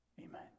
Amen